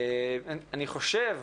אני חושב,